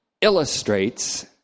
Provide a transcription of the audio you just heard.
illustrates